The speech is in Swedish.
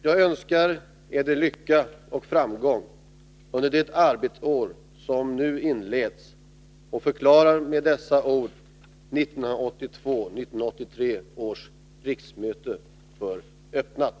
Jag önskar eder lycka och framgång under det arbetsår som nu inleds och förklarar med dessa ord 1982/83 års riksmöte för öppnat.